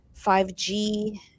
5G